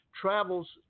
travels